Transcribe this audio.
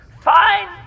Fine